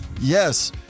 Yes